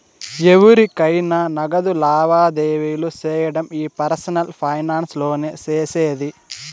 ఎవురికైనా నగదు లావాదేవీలు సేయడం ఈ పర్సనల్ ఫైనాన్స్ లోనే సేసేది